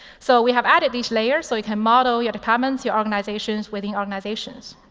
so we have added these layers so we can model your departments, your organizations within organizations.